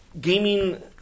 gaming